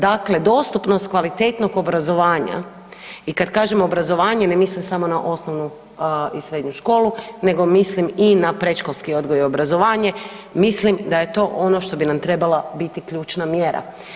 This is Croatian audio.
Dakle, dostupnost kvalitetnog obrazovanja i kad kažem obrazovanje ne mislim samo na osnovnu i srednju školu nego mislim i na predškolski odgoj i obrazovanje, mislim da je to ono što bi nam trebala biti ključna mjera.